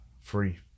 free